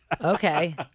okay